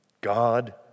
God